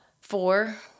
Four